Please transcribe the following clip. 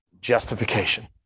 justification